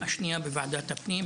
השנייה בוועדת הפנים,